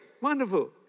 wonderful